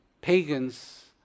pagans